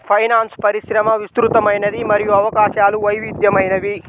finance పరిశ్రమ విస్తృతమైనది మరియు అవకాశాలు వైవిధ్యమైనవి